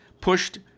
pushed